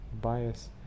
bias